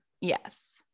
Yes